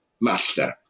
master